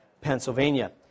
Pennsylvania